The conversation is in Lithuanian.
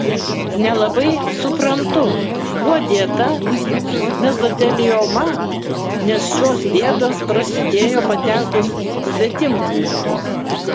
nelabai suprantu kuo dėta mezotelioma nes šios bėdos prasidėjo patekus svetimkūniui